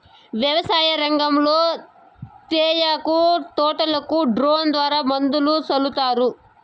వ్యవసాయ రంగంలో తేయాకు తోటలకు డ్రోన్ ద్వారా మందులు సల్లుతారు